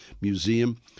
Museum